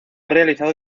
realizado